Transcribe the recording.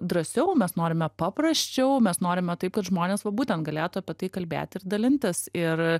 drąsiau mes norime paprasčiau mes norime taip kad žmonės va būtent galėtų apie tai kalbėti ir dalintis ir